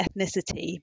ethnicity